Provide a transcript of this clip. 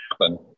happen